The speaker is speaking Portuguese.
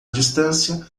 distância